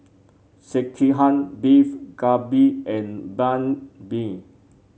Sekihan Beef Galbi and Banh Been